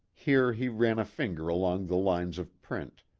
here he ran a finger along the lines of print,